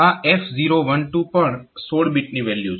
આ F012 પણ 16 બીટની વેલ્યુ છે